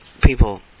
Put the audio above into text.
people